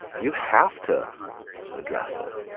you have to address it.